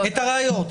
את הראיות.